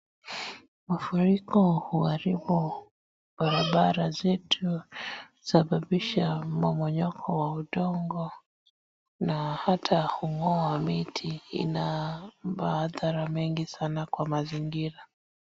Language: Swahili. Mafuriko huaribu barabara zetu, husabaisha mmomonyoko wa udongo, na hata hung'oa miti. Ina maadhara mengi sana kwa mazingira.